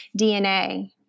DNA